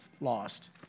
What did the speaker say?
lost